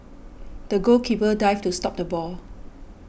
the goalkeeper dived to stop the ball